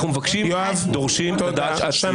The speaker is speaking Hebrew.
אנחנו דורשים שעת סיום.